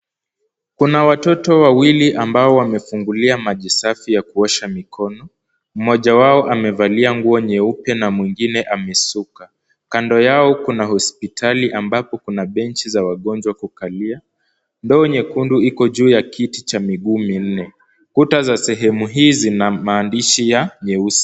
Kuna watoto wawili ambao wamefungulia maji safi ya kuosha mikono. Mmoja wao amevalia nguo nyeupe na mwingine amesuka. Kando yao kuna hospitali ambapo kuna bench za wagonjwa kukalia. Ndoo nyekundu iko juu ya kiti cha miguu minne. Kuta za sehemu hii zina maandishi ya nyeusi.